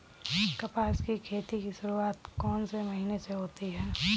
कपास की खेती की शुरुआत कौन से महीने से होती है?